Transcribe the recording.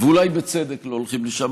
ואולי בצדק לא הולכים לשם,